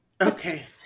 Okay